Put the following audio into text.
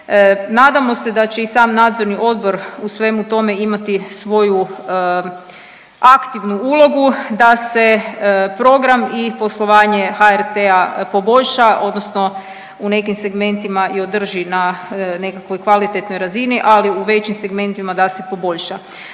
Nadamo se da će i sam nadzorni odbor u svemu tome imati svoju aktivnu ulogu da se program i poslovanje HRT-a poboljša odnosno u nekim segmentima i održi na nekakvoj kvalitetnoj razini, a u većim segmentima da se poboljša.